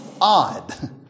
odd